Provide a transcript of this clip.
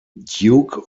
duke